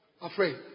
afraid